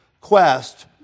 quest